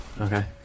Okay